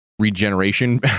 regeneration